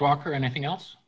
talk or anything else